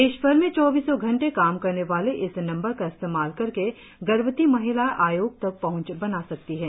देशभर में चौबीसों घन्टे काम करने वाले इस नम्बर का इस्तेमाल करके गर्भवती महिलाएं आयोग तक पहंच बना सकती हैं